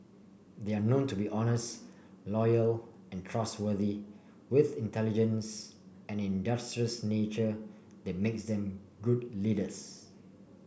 they are known to be honest loyal and trustworthy with intelligence and an industrious nature that makes them good leaders